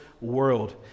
world